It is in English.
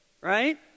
right